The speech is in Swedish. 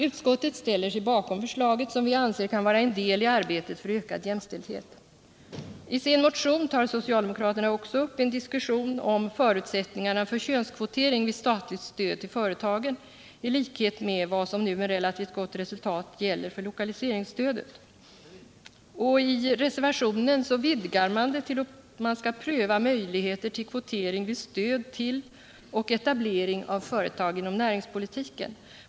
Utskottet ställer sig bakom förslaget, som vi anser kan vara en del i arbetet för ökad jämställdhet. I sin motion tar socialdemokraterna också upp en diskussion om förutsättningarna för könskvotering med statligt stöd till företagen i likhet med vad som nu med relativt gott resultat gäller för lokaliseringsstödet. I reservationen vidgar man det till att vi skall pröva möjligheter till kvotering vid stöd till och etablering av företag inom näringspolitiken.